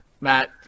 Matt